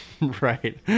Right